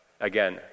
Again